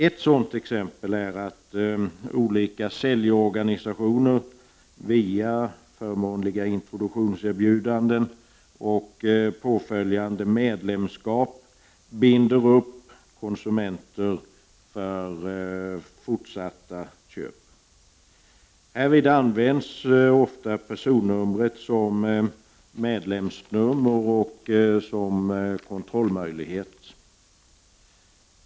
Ett sådant exempel är att olika säljorganisationer via förmånliga introduktionserbjudanden och påföljande medlemskap binder upp konsumenter för fortsatta köp. Härvid används ofta personnumret som medlemsnummer och som kontrollmöjlighet.